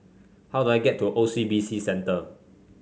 how do I get to O C B C Centre